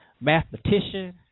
mathematician